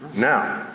now,